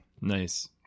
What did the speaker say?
Nice